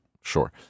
sure